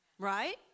right